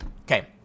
Okay